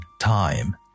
Time